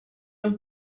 han